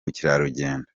bukerarugendo